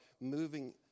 moving